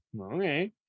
Okay